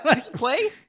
play